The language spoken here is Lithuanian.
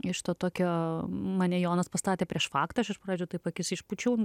iš to tokio mane jonas pastatė prieš faktą aš iš pradžių taip akis išpūčiau